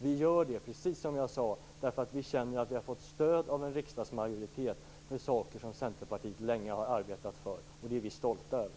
Det gör vi, precis som jag sade, därför att vi känner att vi har fått stöd av en riksdagsmajoritet för saker som Centerpartiet länge har arbetat för, och det är vi stolta över.